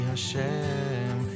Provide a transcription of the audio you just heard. Hashem